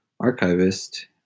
archivist